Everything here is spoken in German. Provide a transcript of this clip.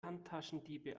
handtaschendiebe